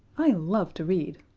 i love to read.